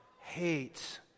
hates